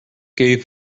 gave